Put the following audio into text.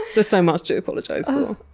there's so much to apologize um